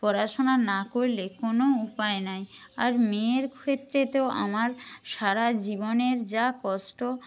পড়াশোনা না করলে কোনো উপায় নাই আর মেয়ের ক্ষেত্রে তো আমার সারা জীবনের যা কষ্ট